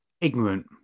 ignorant